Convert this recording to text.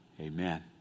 Amen